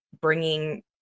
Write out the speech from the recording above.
bringing